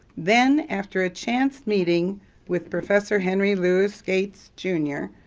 then, after a chance meeting with professor henry louis gates, jr,